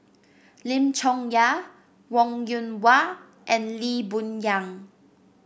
Lim Chong Yah Wong Yoon Wah and Lee Boon Yang